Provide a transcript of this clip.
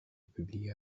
publiés